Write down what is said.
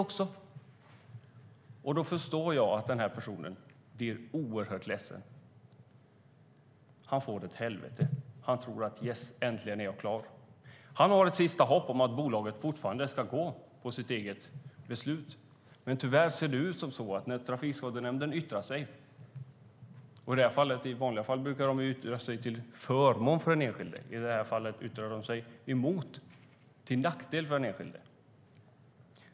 Jag förstår att den här personen då blir oerhört ledsen. Han får ett helvete. Han trodde: Yes! Äntligen är jag klar. Han har nu ett sista hopp om att bolaget fortfarande ska gå på sitt eget beslut, men tyvärr ser det inte ut så när Trafikskadenämnden yttrar sig. I vanliga fall brukar de yttra sig till förmån för den enskilde. I det här fallet yttrar de sig till nackdel för den enskilde.